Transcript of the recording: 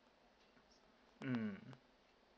mm